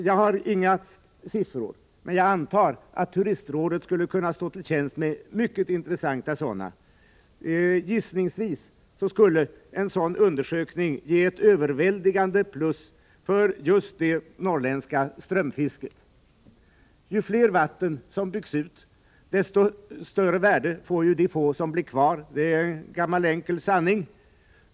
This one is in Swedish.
Jag har inga siffror, men jag antar att turistrådet skulle kunna stå till tjänst med mycket intressanta sådana. Gissningsvis skulle en sådan undersökning ge ett överväldigande plus för just det norrländska strömfisket. Ju fler vatten som byggs ut, desto större värde får det lilla antal vatten som blir kvar. Det är en gammal, enkel sanning.